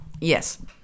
Yes